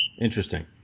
Interesting